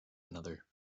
another